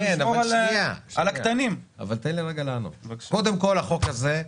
העיקרון הוא אותו עיקרון.